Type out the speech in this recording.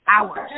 hours